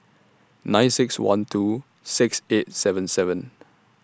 nine six one two six eight seven seven